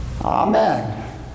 Amen